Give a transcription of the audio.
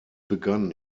begann